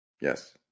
Yes